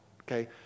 okay